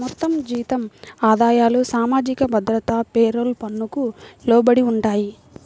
మొత్తం జీతం ఆదాయాలు సామాజిక భద్రత పేరోల్ పన్నుకు లోబడి ఉంటాయి